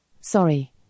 Sorry